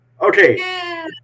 Okay